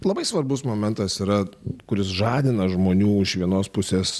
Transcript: labai svarbus momentas yra kuris žadina žmonių iš vienos pusės